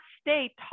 stay